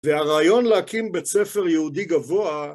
והרעיון להקים בית ספר יהודי גבוה